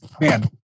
man